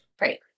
Right